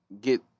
get